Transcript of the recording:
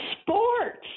sports